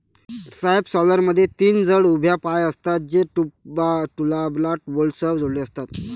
सबसॉयलरमध्ये तीन जड उभ्या पाय असतात, जे टूलबारला बोल्टसह जोडलेले असतात